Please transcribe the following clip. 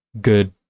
good